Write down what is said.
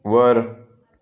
वर